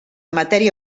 matèria